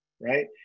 right